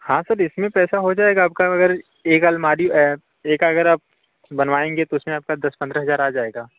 हाँ सर इसमें पैसा हो जाएगा आपका मगर एक अलमारी ऐ एक अगर आप बनवाएँगे तो उसमें आपका दस पंद्रह हज़ार आ जाएगा